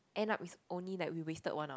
end up it's only like we wasted one hour